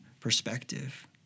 perspective